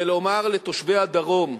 ולומר לתושבי הדרום: